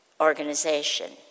organization